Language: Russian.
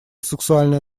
сексуальное